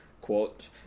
quote